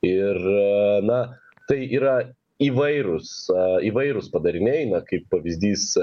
ir na tai yra įvairūs įvairūs padariniai na kaip pavyzdys